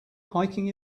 hiking